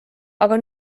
aga